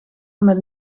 met